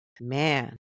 man